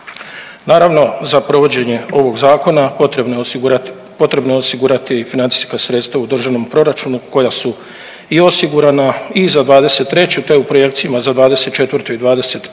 Naravno za provođenje ovog zakona potrebno je osigurati financijska sredstva u državnom proračunu koja su i osigurana i za '23. te je u projekcijama za '24. i '25.g.